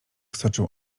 stoczył